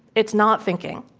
it's not thinking.